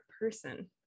person